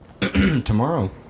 tomorrow